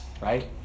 right